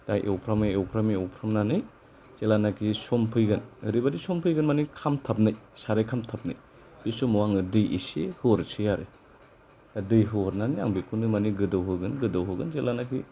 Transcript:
दा एवफ्रामै एवफ्रामै एवफ्रामनानै जेलानाखि सम फैगोन ओरैबादि सम फैगोन मानि खामथाबनाय साराय खामथाबनाय बे सामाव आङो दै एसे हरसै आरो दा दै हरनानै आं बेखौनो मानि गोदौ होगोन गोदौ होगोन जेला नाखि